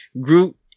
Groot